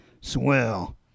swell